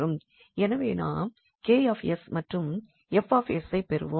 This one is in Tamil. எனவே நாம் 𝐾𝑠 மற்றும் 𝐹𝑠ஐப் பெறுவோம்